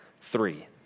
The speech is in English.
three